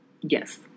Yes